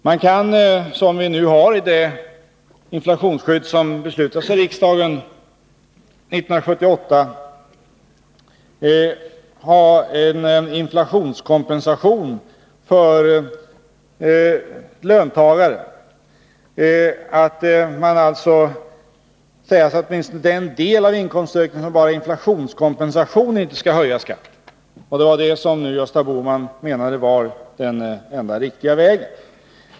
Man kan välja ett system med inflationskompensation för löntagarna, som vi har i det inflationsskydd som beslutades av riksdagen 1978. Man menar då att den del av inkomstökningen som bara är inflationskompensation inte skall höja skatten. Det var detta som Gösta Bohman nu menade var den enda riktiga vägen.